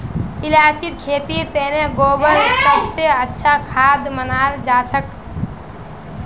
इलायचीर खेतीर तने गोबर सब स अच्छा खाद मनाल जाछेक